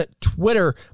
Twitter